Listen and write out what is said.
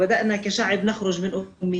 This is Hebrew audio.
והחלנו כעם לצאת מהבורות שלנו.